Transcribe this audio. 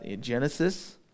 Genesis